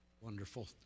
Wonderful